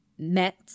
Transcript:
met